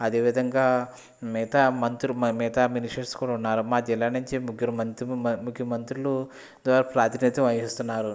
అదే విధంగా మిగతా మంత్రి మిగతా మినిస్టర్స్ కూడా ఉన్నారు మా జిల్లా నుంచి ముగ్గురు మంత్రులు ముగ్గురు మంత్రులు ప్రాతినిధ్యం వహిస్తున్నారు